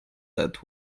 that